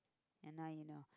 ya now you know